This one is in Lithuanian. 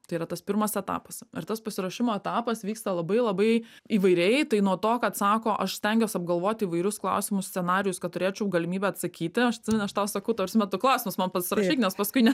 tai yra tas pirmas etapas ir tas pasiruošimo etapas vyksta labai labai įvairiai tai nuo to kad sako aš stengiuos apgalvot įvairius klausimų scenarijus kad turėčiau galimybę atsakyti aš atsimenu aš tau sakau ta prasme tu klausimus man pa surašyk nes paskui ne